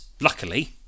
luckily